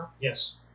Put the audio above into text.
Yes